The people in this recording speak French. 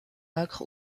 acre